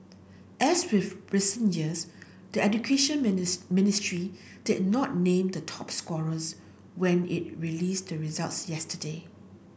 as with recent years the Education Ministry did not name the top scorers when it released the results yesterday